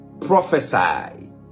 prophesy